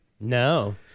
No